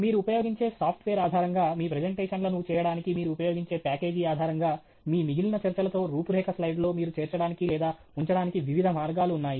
మీరు ఉపయోగించే సాఫ్ట్వేర్ ఆధారంగా మీ ప్రెజెంటేషన్లను చేయడానికి మీరు ఉపయోగించే ప్యాకేజీ ఆధారంగా మీ మిగిలిన చర్చలతో రూపురేఖ స్లైడ్లో మీరు చేర్చడానికి లేదా ఉంచడానికి వివిధ మార్గాలు ఉన్నాయి